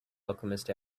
alchemist